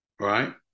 right